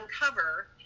uncover